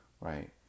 right